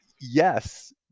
yes